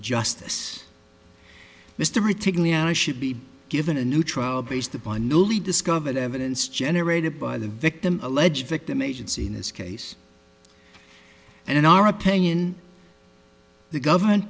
justice mystery taking i should be given a new trial based upon newly discovered evidence generated by the victim alleged victim agency in this case and in our opinion the government